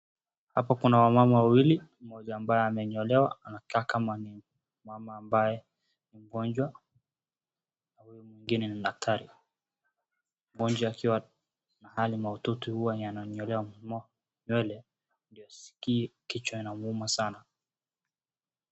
Hapa kuna wamama wawili, mmoja ambaye amenyolewa, anakaa kama ni mama ambaye ni mgonjwa, na huyu mwingine ni daktari. Mgonjwa akiwa hali mahututi huwa ndio ananyolewa nywele ndio asisikie kichwa inamuuma sana.